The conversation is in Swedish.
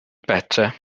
bättre